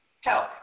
help